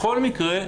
בכל מקרה,